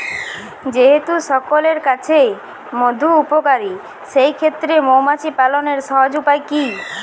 যেহেতু সকলের কাছেই মধু উপকারী সেই ক্ষেত্রে মৌমাছি পালনের সহজ উপায় কি?